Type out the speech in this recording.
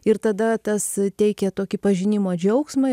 ir tada tas teikia tokį pažinimo džiaugsmą